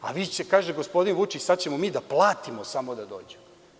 A gospodin Vučić kaže – sada ćemo mi da platimo samo da dođu.